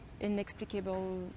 inexplicable